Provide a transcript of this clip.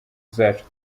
zacu